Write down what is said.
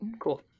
Cool